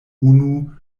unu